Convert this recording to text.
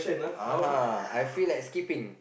uh I feel like skipping